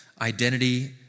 identity